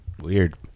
Weird